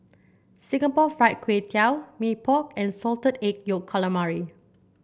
Singapore Fried Kway Tiao Mee Pok and Salted Egg Yolk Calamari